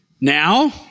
Now